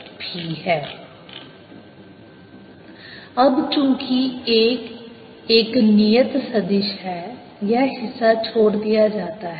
Ar04πmrr3 ABBA ABAB BA AmBrr3 1r अब चूँकि A एक नियत सदिश है यह हिस्सा छोड़ दिया जाता है